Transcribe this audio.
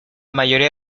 mayoría